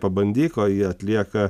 pabandyk o jį atlieka